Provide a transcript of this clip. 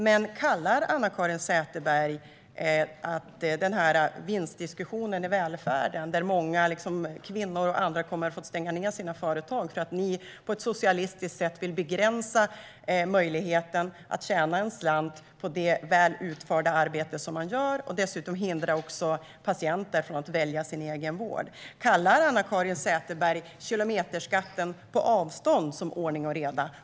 Men kallar Anna-Caren Sätherberg denna vinstdiskussion om välfärden, som handlar om att många kvinnor och andra kommer att få stänga ned sina företag för att ni på ett socialistiskt sätt vill begränsa deras möjligheter att tjäna en slant på det väl utförda arbete som de gör och som dessutom kommer att hindra patienter från att välja sin egen vård, för ordning och reda? Kallar Anna-Caren Sätherberg kilometerskatten på avstånd för ordning och reda?